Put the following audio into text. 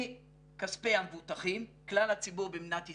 מכספי המבוטחים, כלל הציבור במדינת ישראל,